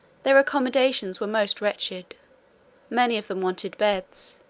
their accommodations were most wretched many of them wanted beds,